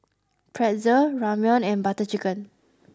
Pretzel Ramyeon and Butter Chicken